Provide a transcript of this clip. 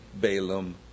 Balaam